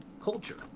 culture